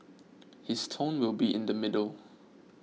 his tone will be in the middle